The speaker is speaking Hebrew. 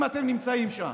אם אתם נמצאים שם.